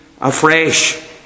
afresh